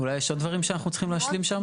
אולי יש עוד דברים שאנחנו צריכים להשלים שם?